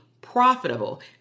profitable